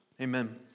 Amen